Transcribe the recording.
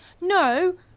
No